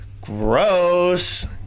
gross